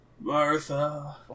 Martha